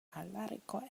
alarico